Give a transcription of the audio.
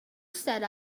set